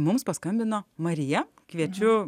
mums paskambino marija kviečiu